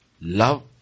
Love